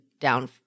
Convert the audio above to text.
down